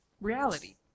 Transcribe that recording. reality